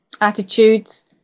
attitudes